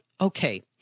okay